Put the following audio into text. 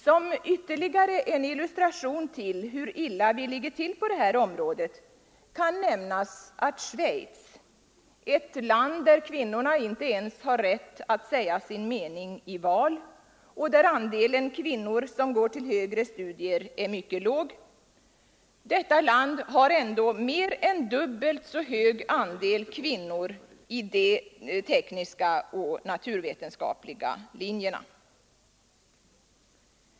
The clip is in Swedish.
Som ytterligare en illustration till hur illa vi ligger till på detta område kan nämnas att Schweiz — ett land där kvinnorna inte ens har rätt att säga sin mening i val och där andelen kvinnor som går till högre studier är mycket låg — har mer än dubbelt så hög andel kvinnor på de tekniska och naturvetenskapliga linjerna.